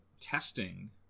testing